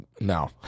No